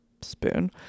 spoon